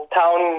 town